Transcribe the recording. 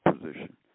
position